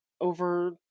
over